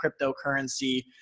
cryptocurrency